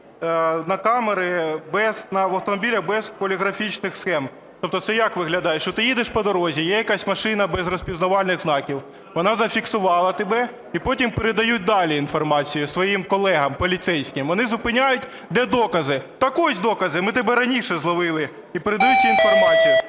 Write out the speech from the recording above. на камери автомобіля, без поліграфічних схем. Тобто це як виглядає? Що ти їдеш по дорозі, є якась машина без розпізнавальних знаків, вона зафіксувала тебе, і потім передають далі інформацію своїм колегам поліцейським. Вони зупиняють. Де докази? Так ось докази, ми тебе раніше зловили, і передають цю інформацію.